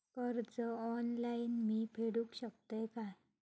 कर्ज ऑनलाइन मी फेडूक शकतय काय?